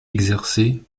exercée